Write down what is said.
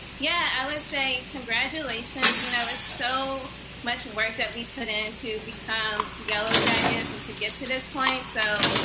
yeah, i would say congratulations, you know there's so much and work that we put into become yellow jackets and to get to this point. so,